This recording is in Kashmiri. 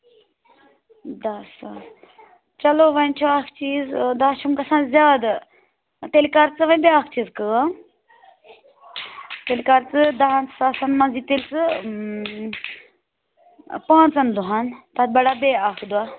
دَہ ساس چلو وۄنۍ چھِ اَکھ چیٖز دَہ چھِم گژھان زیادٕ تیٚلہِ کَر ژٕ وۄنۍ بیٛاکھ چیٖز کٲم تیٚلہِ کَر ژٕ دَہَن ساسَن منٛز یہِ تیٚلہِ ژٕ پانٛژَن دۄہَن تَتھ بَڑاو بیٚیہِ اَکھ دۄہ